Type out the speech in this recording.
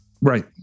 Right